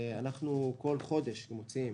אנחנו בכל חודש מוציאים